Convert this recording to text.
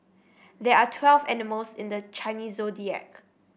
there are twelve animals in the Chinese Zodiac